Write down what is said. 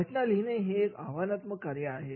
घटना लिहिणे हे एक आव्हानात्मक कार्य आहे